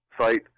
site